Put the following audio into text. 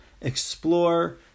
explore